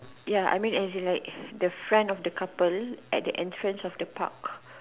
ya I mean as in like the front of the couple at the entrance of the park